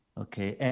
okay.